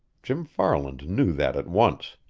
jim farland knew that at once.